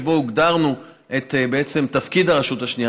שבו הגדרנו בעצם את תפקיד הרשות השנייה,